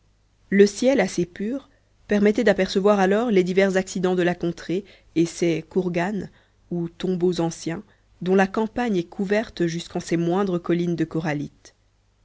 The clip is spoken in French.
le ciel assez pur permettait d'apercevoir alors les divers accidents de la contrée et ces khourghans ou tombeaux anciens dont la campagne est couverte jusqu'en ses moindres collines de corallites